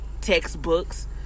textbooks